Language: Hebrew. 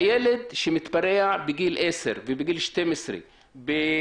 הילד שמתפרע בגיל 10 ובגיל 12 בחטיבת